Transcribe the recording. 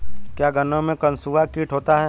क्या गन्नों में कंसुआ कीट होता है?